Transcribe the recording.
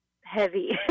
heavy